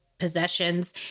possessions